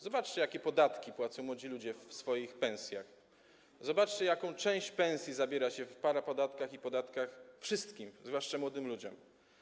Zobaczcie, jakie podatki płacą młodzi ludzie w swoich pensjach, zobaczcie, jaką część pensji zabiera się w formie parapodatków i podatków wszystkim, zwłaszcza młodym ludziom.